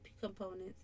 components